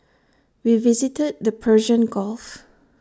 we visited the Persian gulf